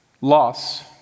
loss